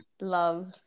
love